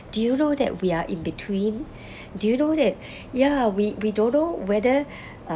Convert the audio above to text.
do you know that we are in between do you know that ya we we don't know whether uh